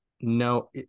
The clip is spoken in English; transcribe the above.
no